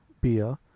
beer